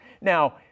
Now